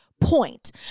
point